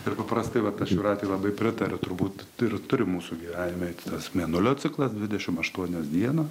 ir prastai vat aš jūratei labai pritariu turbūt ir turi mūsų gyvenime tas mėnulio ciklas dvidešimt aštuonios dienos